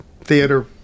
theater